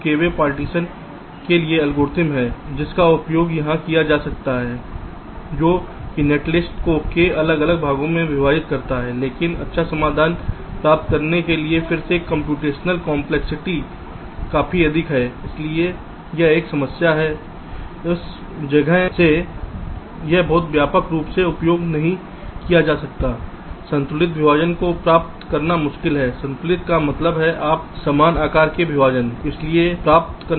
तो k way partition के लिए एल्गोरिदम हैं जिनका उपयोग यहां किया जा सकता है जो कि नेट लिस्ट को k अलग अलग भागों में विभाजित करता है लेकिन अच्छा समाधान प्राप्त करने के लिए फिर से कंप्यूटेशन कंपलेक्सिटी काफी अधिक है इसलिए यह एक समस्या है इस वजह से यह बहुत व्यापक रूप से उपयोग नहीं किया जाता है संतुलित विभाजन को प्राप्त करना मुश्किल है संतुलित का मतलब समान आकार के विभाजन हैं इसलिए प्राप्त करना मुश्किल है